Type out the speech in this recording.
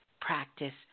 practice